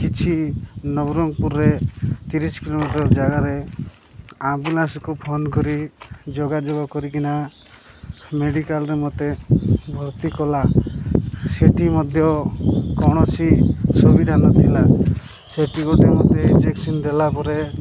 କିଛି ନବରଙ୍ଗପୁରରେ ତିରିଶ କିଲୋମିଟର ଜାଗାରେ ଆମ୍ବୁଲାନ୍ସକୁ ଫୋନ କରି ଯୋଗାଯୋଗ କରିକିନା ମେଡ଼ିକାଲରେ ମୋତେ ଭର୍ତ୍ତି କଲା ସେଠି ମଧ୍ୟ କୌଣସି ସୁବିଧା ନଥିଲା ସେଠି ଗୋଟେ ମୋତେ ଇଞ୍ଜେକ୍ସନ୍ ଦେଲା ପରେ